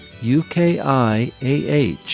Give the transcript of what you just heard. UKIAH